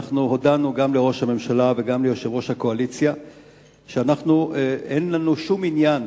שהודענו גם לראש הממשלה וגם ליושב-ראש הקואליציה שאין לנו שום עניין